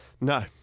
No